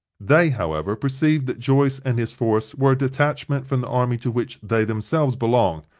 they, however, perceived that joyce and his force were a detachment from the army to which they themselves belonged,